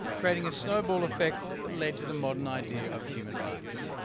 creating a snowball effect that led to the modern idea of human rights.